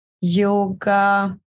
yoga